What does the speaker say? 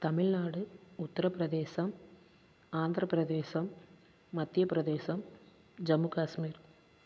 Tamil Nadu Uttar Pradesh Andhra Pradesh Madhya Pradesh Jammu Kashmir